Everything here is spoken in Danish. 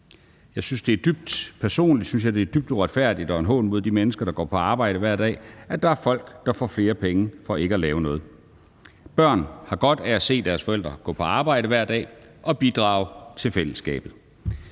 den forkerte retning. Personligt synes jeg, det er dybt uretfærdigt og en hån mod de mennesker, der går på arbejde hver dag, at der er folk, der får flere penge for ikke at lave noget. Børn har godt af at se deres forældre gå på arbejde hver dag og bidrage til fællesskabet.